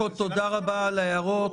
תודה רבה על ההערות.